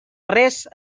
res